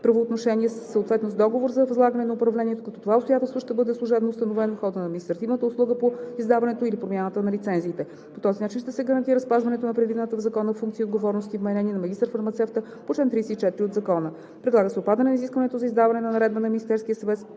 правоотношение, съответно с договор за възлагане на управлението, като това обстоятелство ще бъде служебно установявано в хода на административната услуга по издаването или промяната на лицензиите. По този начин ще се гарантира спазването на предвидените в закона функции и отговорности, вменени на магистър-фармацевта по чл. 34 от Закона. Предлага се отпадане на изискването за издаване на наредба на Министерския съвет